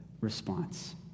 response